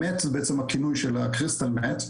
מת' זה בעצם הכינוי של הקריסטל מת',